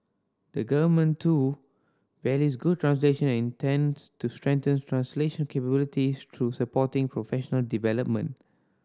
the Government too values good translation and intends to strengthen translation capabilities through supporting professional development